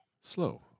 Slow